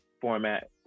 format